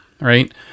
right